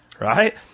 right